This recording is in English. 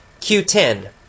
Q10